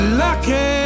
lucky